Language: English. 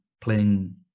playing